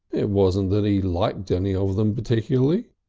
it wasn't that he liked any of them particularly,